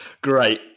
Great